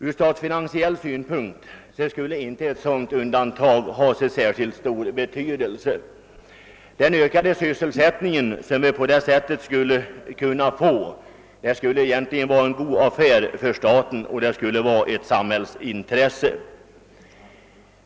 Ur statsfinansiell synpunkt skulle inte ett sådant undantag ha så särskilt stor betydelse. Den ökade sysselsättning, som vi på det sättet skulle kunna få, gör att detta egentligen skulle vara en god affär för staten, det skulle vara ett sam hällsintresse.